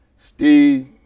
Steve